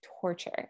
torture